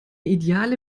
ideale